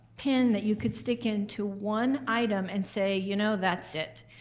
pin that you could stick into one item and say, you know, that's it.